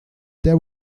der